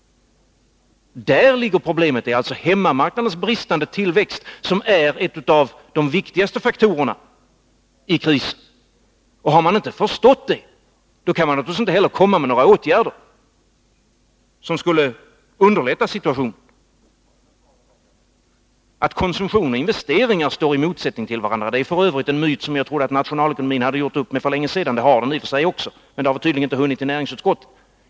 Där ligger problemet. Det är alltså hemmamarknadens bristande tillväxt som är en av de viktigaste faktorerna i krisen. Har man inte förstått det, kan man naturligtvis inte heller komma med några åtgärder, som skulle underlätta situationen. Att konsumtion och investeringar står i motsättning till varandra är f. ö. en myt, som jag trodde att nationalekonomin gjort upp med för länge sedan. Det har den i och för sig också gjort, men det har tydligen inte hunnit fram till näringsutskottet.